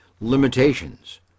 limitations